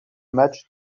match